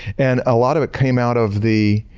and a lot of it came out of the